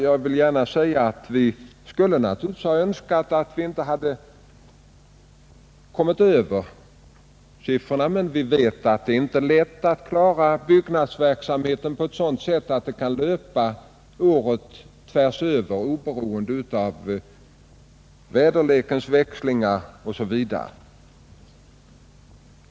Vi skulle naturligtvis ha önskat att de ifrågavarande siffrorna inte ökat, men det är inte lätt att klara byggnadsverksamheten på ett sådant sätt att den kan löpa året runt oberoende av väderlekens växlingar osv.